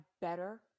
better